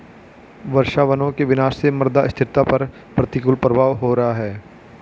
वर्षावनों के विनाश से मृदा स्थिरता पर प्रतिकूल प्रभाव हो रहा है